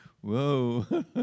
Whoa